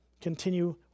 Continue